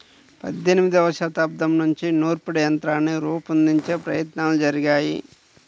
పద్దెనిమదవ శతాబ్దం నుంచే నూర్పిడి యంత్రాన్ని రూపొందించే ప్రయత్నాలు జరిగాయి